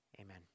Amen